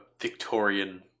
victorian